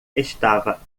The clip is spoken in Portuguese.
estava